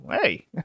hey